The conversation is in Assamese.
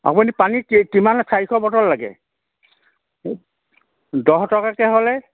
আপুনি পানী কেই কিমান চাৰিশ বটল লাগে দহ টকাকৈ হ'লে